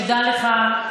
תודה לך.